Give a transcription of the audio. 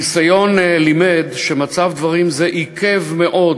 הניסיון לימד שמצב דברים זה עיכב מאוד